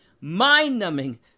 mind-numbing